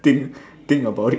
think think about it